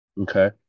Okay